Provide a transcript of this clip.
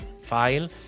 file